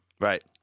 Right